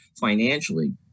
financially